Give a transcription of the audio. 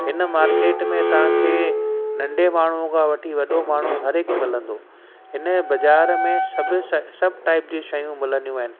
हिन मार्केट में तव्हांखे नंढे माण्हूअ खां वठी वॾो माण्हू हर हिकु मिलंदो हिन बाज़ारि में सभ्य सभु टाइप जी शयूं मिलंदियूं आहिनि